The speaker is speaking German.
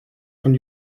von